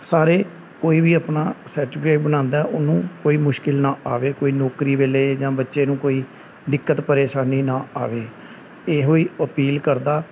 ਸਾਰੇ ਕੋਈ ਵੀ ਆਪਣਾ ਸਰਟੀਫਿਕੇਟ ਬਣਾਉਂਦਾ ਉਹਨੂੰ ਕੋਈ ਮੁਸ਼ਕਲ ਨਾ ਆਵੇ ਕੋਈ ਨੌਕਰੀ ਵੇਲੇ ਜਾਂ ਬੱਚੇ ਨੂੰ ਕੋਈ ਦਿੱਕਤ ਪਰੇਸ਼ਾਨੀ ਨਾ ਆਵੇ ਇਹੋ ਹੀ ਅਪੀਲ ਕਰਦਾ